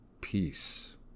peace